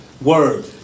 Word